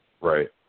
Right